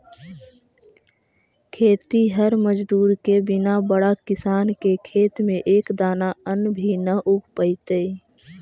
खेतिहर मजदूर के बिना बड़ा किसान के खेत में एक दाना अन्न भी न उग पइतइ